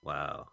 Wow